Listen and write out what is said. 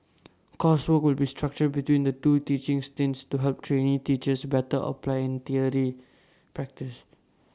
coursework will be structured between the two teaching stints to help trainee teachers better apply theory practice